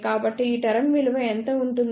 కాబట్టి ఈ టర్మ్ విలువ ఎంత ఉంటుంది